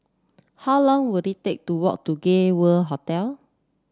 how long will it take to walk to Gay World Hotel